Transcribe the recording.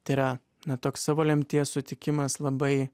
tai yra na toks savo lemties sutikimas labai